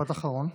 משפט אחרון.